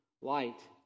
light